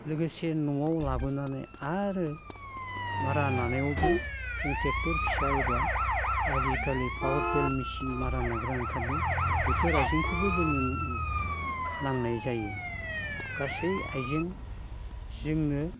लोगोसे न'आव लाबोनानै आरो मारा नानायावबो जों ट्रेक्टर फिसा एबा आजिखालि पावारटिलार मेचिन मारा नाग्रा ओंखारदो बेफोर आइजेंखौबो जोंनो नांनाय जायो गासै आइजें जोंनो